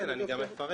כן, אני גם אפרט.